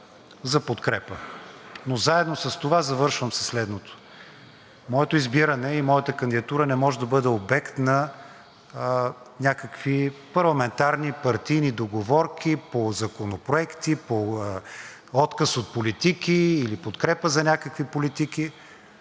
за подкрепа, но заедно с това завършвам със следното – моето избиране и моята кандидатура не може да бъде обект на някакви парламентарни, партийни договорки по законопроекти, по отказ от политики или подкрепа за някакви политики.